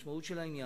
אם ה' לא ישמור עיר,